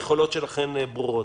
היכולות שלכם ברורות.